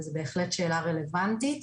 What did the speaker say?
וזאת בהחלט שאלה רלוונטית.